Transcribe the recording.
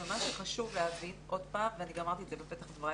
אבל מה שחשוב להבין ואני גם אמרתי את זה בפתח דבריי